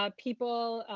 ah people,